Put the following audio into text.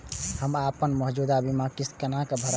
हम अपन मौजूद बीमा किस्त केना भरब?